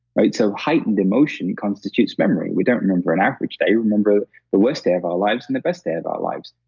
right? so, heightened emotion constitutes memory. we don't remember an average day, we remember the worst day of our lives and the best day of our lives.